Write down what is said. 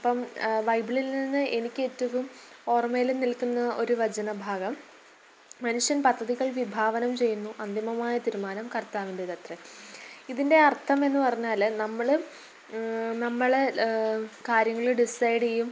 അപ്പം ബൈബിളിൽനിന്ന് എനിക്ക് ഏറ്റവും ഓർമ്മയിൽ നിൽക്കുന്ന ഒരു വചനഭാഗം മനുഷ്യൻ പദ്ധതികൾ വിഭാവനം ചെയ്യുന്നു അന്തിമമായ തീരുമാനം കർത്താവിൻറ്റേതത്രെ ഇതിൻ്റെ അർത്ഥമെന്ന് പറഞ്ഞാൽ നമ്മൾ നമ്മൾ കാര്യങ്ങൾ ഡിസൈഡ് ചെയ്യും